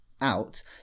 out